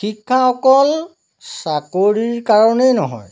শিক্ষা অকল চাকৰিৰ কাৰণেই নহয়